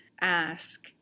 ask